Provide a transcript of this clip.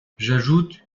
j’ajoute